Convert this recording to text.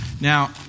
Now